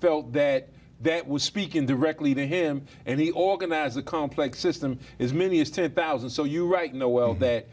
felt that that was speaking directly to him and he organized a complex system as many as ten thousand so you right know well that